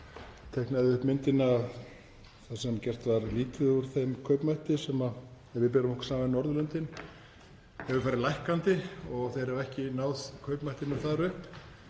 teiknaði upp mynd þar sem gert var lítið úr þeim kaupmætti sem, ef við berum okkur saman við Norðurlöndin, hefur farið lækkandi. Þeir hafa ekki náð kaupmættinum þar upp,